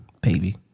baby